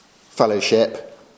fellowship